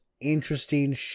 interesting